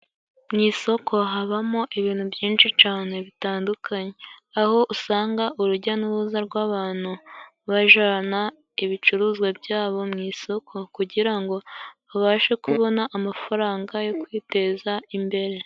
Mu isoko habamo ibintu byinshi cane bitandukanye, aho usanga urujya n'uruza rw'abantu bajana ibicuruzwa byabo mu isoko, kugira ngo babashe kubona amafaranga yo kwiteza imbere.